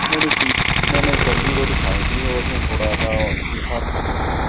मैंने की मैंने सब्जी रोटी खाई थी और उसमें थोड़ा सा मीठा और खा लिया था सर